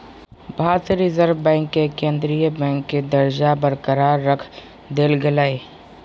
भारतीय reserve bank के केंद्रीय बैंक के दर्जा बरकरार रख देल गेलय